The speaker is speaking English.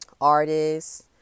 artists